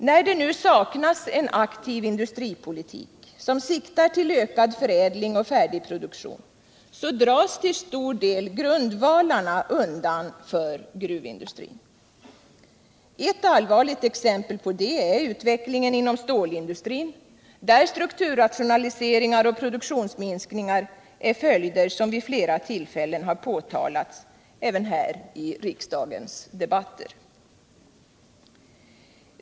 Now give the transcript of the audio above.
När det nu saknas en aktiv industripolitik som siktar till ökad förädling och färdigproduktion så dras till stor del grundvalarna undan för gruvindustrin. Ett allvarligt exempel på det är utvecklingen inom stålindustrin, där strukturrationaliseringar och produktionsminskningar är följder som vid flera tillfällen påtalats även här i riksdagens debatter.